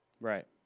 right